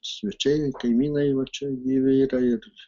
svečiai kaimynai va čia gyvi yra ir